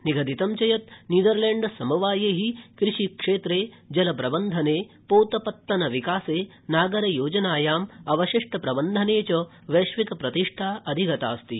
निगदितं च यत् नीदरलैण्डसमवायै कृषिक्षेत्रे जल प्रबन्धने पोतपत्तन विकासे नागर योजनायाम् अवशिष्ट प्रबन्धने च वैश्विकप्रतिष्ठा अधिगतास्ति